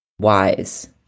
wise